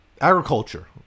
Agriculture